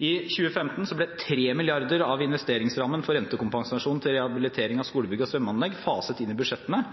I 2015 ble 3 mrd. kr av investeringsrammen for rentekompensasjon til rehabilitering av skolebygg og svømmeanlegg faset inn i budsjettene.